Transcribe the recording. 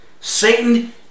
Satan